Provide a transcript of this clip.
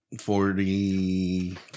Forty